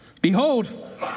Behold